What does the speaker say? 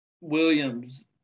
Williams